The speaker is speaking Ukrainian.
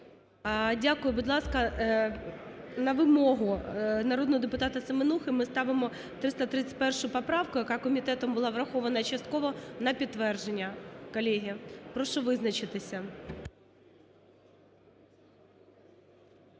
Дякую. Будь ласка, на вимогу народного депутата Семенухи, ми ставимо 331 поправку, яка комітетом була врахована частково на підтвердження, колеги. Прошу визначитися.